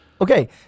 Okay